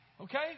okay